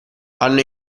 hanno